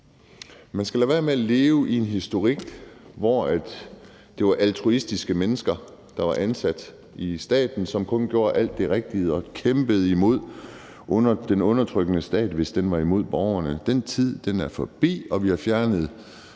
man skal lade være med at leve i en historik, hvor det var altruistiske mennesker, der var ansat i staten, som kun gjorde alt det rigtige, og som kæmpede imod den undertrykkende stat, hvis den var imod borgerne. Den tid er forbi, og vi har fjernet